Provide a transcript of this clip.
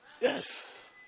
Yes